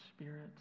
Spirit